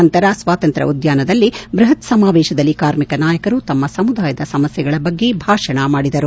ನಂತರ ಸ್ವಾತಂತ್ರ್ಯ ಉದ್ಯಾನದಲ್ಲಿ ಬೃಪತ್ ಸಮಾವೇಶದಲ್ಲಿ ಕಾರ್ಮಿಕ ನಾಯಕರು ತಮ್ಮ ಸಮುದಾಯದ ಸಮಸ್ಥೆಗಳ ಬಗ್ಗೆ ಭಾಷಣ ಮಾಡಿದರು